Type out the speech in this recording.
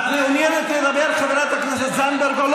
והיה ראוי שבלילה הזה אתם תידרשו לטפל בהם ולא